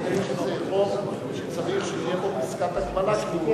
שתהיה פה פסקת הגבלה, כי,